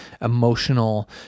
emotional